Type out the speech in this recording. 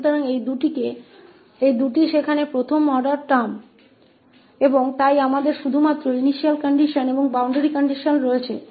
तो ये दोनों पहले क्रम की शर्तें हैं और इसलिए हमारे पास केवल एक प्रारंभिक शर्त और एक बाउंड्री कंडीशन है